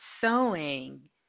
sewing